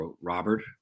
Robert